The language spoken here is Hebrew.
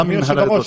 אדוני היושב-ראש,